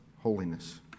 holiness